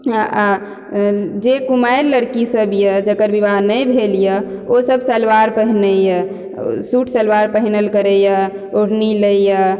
आ जे कुमारि लड़की सब यऽ जकर विवाह नहि भेल यऽ ओ सब सलवार पहिनै यऽ सूट सलवार पहिनल करैया ओढ़नी लै यऽ